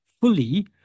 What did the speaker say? fully